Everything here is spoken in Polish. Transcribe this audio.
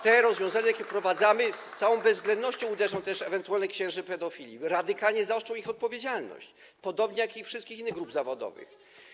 Te rozwiązania, które wprowadzamy, z całą bezwzględnością uderzą też w ewentualnych księży pedofilów, radykalnie zaostrzą ich odpowiedzialność, podobnie jak wszystkich innych grup zawodowych.